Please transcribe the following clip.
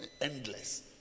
endless